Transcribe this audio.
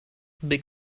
big